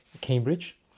Cambridge